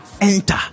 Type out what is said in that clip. enter